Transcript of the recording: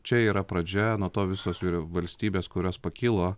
čia yra pradžia nuo to visos valstybės kurios pakilo